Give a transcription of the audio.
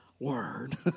word